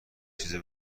چیزی